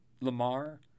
Lamar